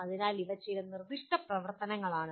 അതിനാൽ ഇവ ചില നിർദ്ദിഷ്ട പ്രവർത്തനങ്ങളാണ്